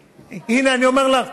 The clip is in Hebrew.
הינה אני אומר לך.